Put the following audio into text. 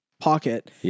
pocket